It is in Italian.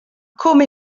come